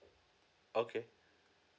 okay